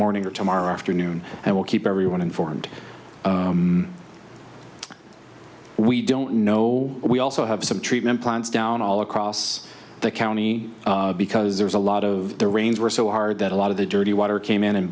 morning or tomorrow afternoon and will keep everyone informed we don't know we also have some treatment plants down all across the county because there's a lot of the rains were so hard that a lot of the dirty water came in and